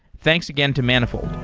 thanks again to manifold.